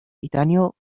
titanio